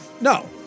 No